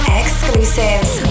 exclusives